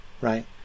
Right